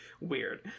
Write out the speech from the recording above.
weird